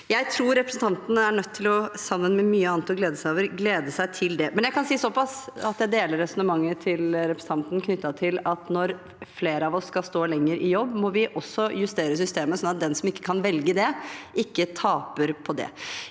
Jeg tror representanten sammen med mye annet er nødt til å glede seg til det. Men jeg kan si såpass at jeg deler resonnementet til representanten knyttet til at når flere av oss skal stå lenger i jobb, må vi også justere systemet, slik at den som ikke kan velge det, ikke taper på det.